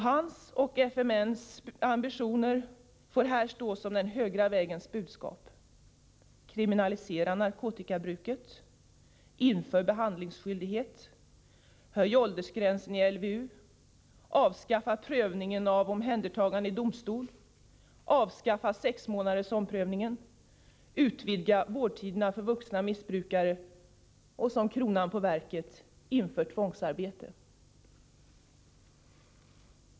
Hans och FMN:s ambitioner får här stå som den högra vägens budskap: — kriminalisera narkotikabruket —- inför behandlingsskyldighet — höj åldersgränsen i LVU — avskaffa prövningen i domstol av omhändertagande — avskaffa sexmånadersomprövningen — utvidga vårdtiderna för vuxna missbrukare och, som kronan på verket, —- inför tvångsarbete.